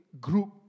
group